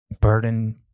burden